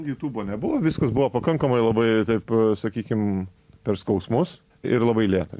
jutubo nebuvo viskas buvo pakankamai labai taip sakykim per skausmus ir labai lėta